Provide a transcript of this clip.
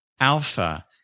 alpha